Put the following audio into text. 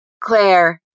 Claire